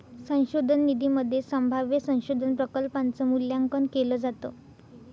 संशोधन निधीमध्ये संभाव्य संशोधन प्रकल्पांच मूल्यांकन केलं जातं